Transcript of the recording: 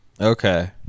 Okay